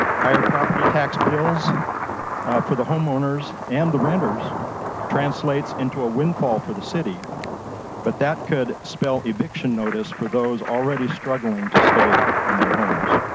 higher property tax bills for the homeowners and the renters translate into a windfall for the city but that could spell eviction notice for those already struggling to stay in their homes.